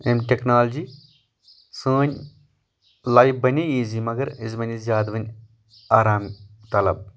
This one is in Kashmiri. أمۍ ٹٮ۪کنالجی سٲنۍ لایف بنٛے ایٖزی مگر أسۍ بنٛے زیادٕ وۄنۍ آرام طلب